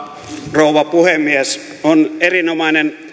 rouva puhemies on erinomainen